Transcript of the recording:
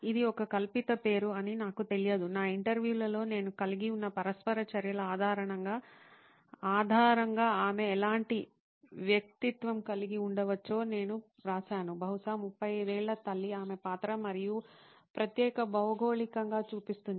ఇది ఒక కల్పిత పేరు అని నాకు తెలియదు నా ఇంటర్వ్యూలలో నేను కలిగి ఉన్న పరస్పర చర్యల ఆధారంగా ఆమె ఎలాంటి వ్యక్తిత్వం కలిగి ఉండవచ్చో నేను వ్రాసాను బహుశా 35 ఏళ్ల తల్లి ఆమె పాత్ర మరియు ప్రత్యేక భౌగోళికంగా చూపిస్తుంది